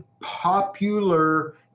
popular